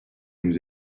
nous